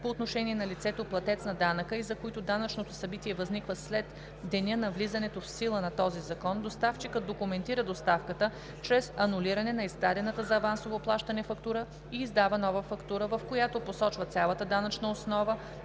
по отношение на лицето платец на данъка и за които данъчното събитие възниква след деня на влизането в сила на този закон, доставчикът документира доставката чрез анулиране на издадената за авансовото плащане фактура и издава нова фактура, в която посочва цялата данъчна основа